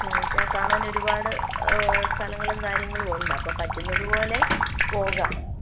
കാണിച്ചാൽ കാണാൻ ഒരുപാട് സ്ഥലങ്ങളും കാര്യങ്ങളും ഉണ്ട് അപ്പോൾ പറ്റുന്നത് പോലെ പോകാം